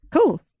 Cool